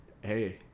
Hey